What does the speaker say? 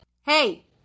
Hey